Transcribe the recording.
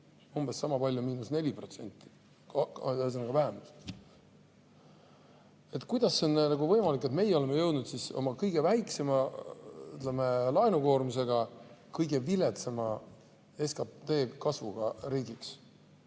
umbes sama palju miinuses, –4%. Kuidas on võimalik, et meie oleme jõudnud oma kõige väiksema laenukoormusega kõige viletsama SKT kasvuga riigiks?